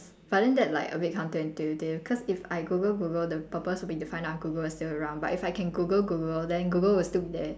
but then that like a bit counter intuitive cause if I google google the purpose will be to find google is still around but if I can google google then google will still be there